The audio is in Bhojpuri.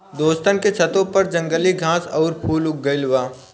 दोस्तन के छतों पर जंगली घास आउर फूल उग गइल बा